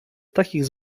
takich